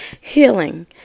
Healing